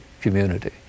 community